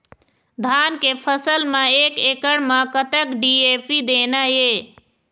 धान के फसल म एक एकड़ म कतक डी.ए.पी देना ये?